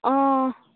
ꯑꯥ